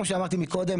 כמו שאמרתי מקודם,